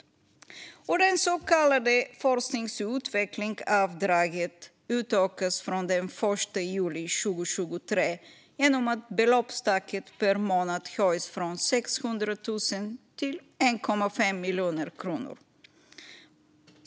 Redovisning av skatteutgifter Det så kallade forsknings och utvecklingsavdraget utökas från den 1 juli 2023 genom att beloppstaket per månad höjs från 600 000 till 1,5 miljoner kronor.